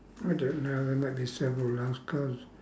I don't know there might be several last cards